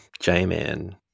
J-Man